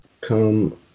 come